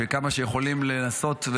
שכמה שיכולים לנסות,